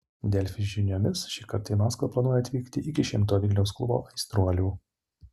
delfi žiniomis šįkart į maskvą planuoja atvykti iki šimto vilniaus klubo aistruolių